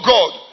God